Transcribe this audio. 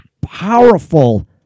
powerful